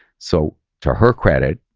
so to her credit,